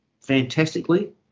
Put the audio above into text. fantastically